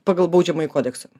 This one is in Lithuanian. pagal baudžiamąjį kodeksą